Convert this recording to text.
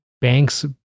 banks